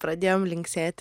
pradėjom linksėti